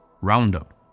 Roundup